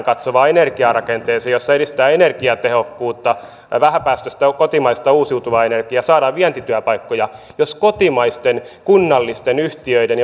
katsovaan energiarakenteeseen jossa edistetään energiatehokkuutta vähäpäästöistä kotimaista uusiutuvaa energiaa saadaan vientityöpaikkoja jos kotimaisten kunnallisten yhtiöiden